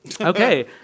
Okay